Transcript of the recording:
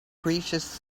precious